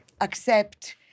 accept